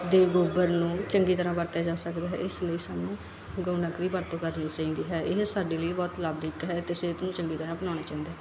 ਦੇ ਗੋਬਰ ਨੂੰ ਚੰਗੀ ਤਰ੍ਹਾਂ ਵਰਤਿਆ ਜਾ ਸਕਦਾ ਹੈ ਇਸ ਲਈ ਸਾਨੂੰ ਗਊ ਡੰਕ ਦੀ ਵਰਤੋਂ ਕਰਨੀ ਚਾਹੀਦੀ ਹੈ ਇਹ ਸਾਡੇ ਲਈ ਬਹੁਤ ਲਾਭਦਾਇਕ ਹੈ ਅਤੇ ਸਿਹਤ ਨੂੰ ਚੰਗੀ ਤਰ੍ਹਾਂ ਬਣਾਉਣਾ ਚਾਹੀਦਾ ਹੈ